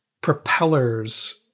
propellers